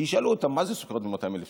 כי ישאלו אותם: מה זה סוכריות ב-200,000 שקל?